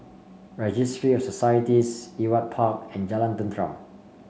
registry of Societies Ewart Park and Jalan Tenteram